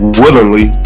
willingly